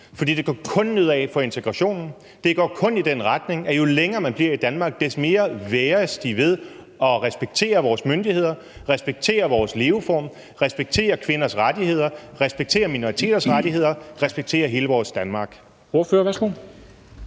For det går kun nedad for integrationen; det går kun i den retning, at jo længere man bliver i Danmark, des mere vægrer man sig ved at respektere vores myndigheder, respektere vores leveform, respektere kvinders rettigheder, respektere minoriteters rettigheder, respektere hele vores Danmark. Kl. 13:34 Formanden